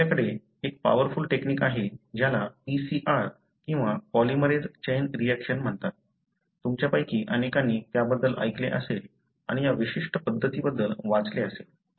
आपल्याकडे एक powerful technique आहे ज्याला PCR किंवा पॉलिमरेझ चैन रिऍक्शन म्हणतात तुमच्यापैकी अनेकांनी त्याबद्दल ऐकले असेल आणि या विशिष्ट पद्धतीबद्दल वाचले असेल